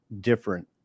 different